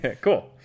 cool